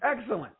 Excellent